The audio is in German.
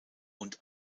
und